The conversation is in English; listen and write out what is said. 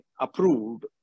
approved